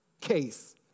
case